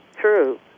True